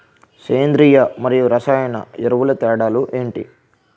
సేంద్రీయ మరియు రసాయన ఎరువుల తేడా లు ఏంటి?